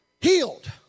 healed